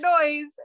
noise